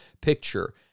picture